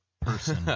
person